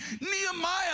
Nehemiah